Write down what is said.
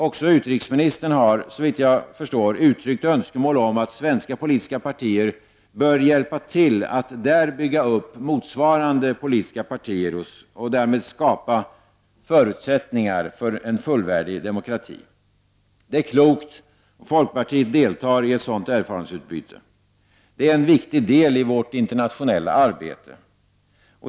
Också utrikesministern har, såvitt jag förstår, uttryckt önskemål om att svenska politiska partier bör hjälpa till att där bygga upp politiska partier och skapa övriga förutsättningar för en fullvärdig demokrati. Det är klokt. Folkpartiet deltar i ett sådant erfarenhetsutbyte. Det är en viktig del i vårt internationella arbete.